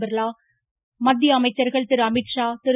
பிர்லா மத்திய அமைச்சர்கள் திருஅமித்ஷா திரு